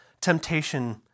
temptation